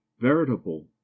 veritable